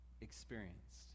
experienced